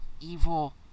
evil